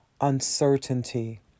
uncertainty